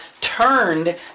turned